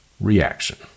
reaction